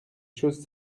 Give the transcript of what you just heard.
choses